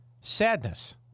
sadness